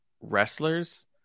wrestlers